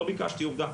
לא ביקשתי עובדה,